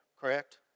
correct